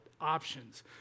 Options